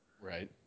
Right